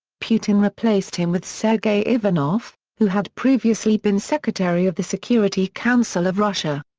putin replaced him with sergei ivanov, who had previously been secretary of the security council of russia.